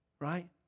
Right